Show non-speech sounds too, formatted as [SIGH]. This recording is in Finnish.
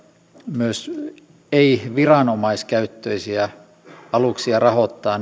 myös ei viranomaiskäyttöisiä aluksia rahoittaa [UNINTELLIGIBLE]